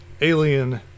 alien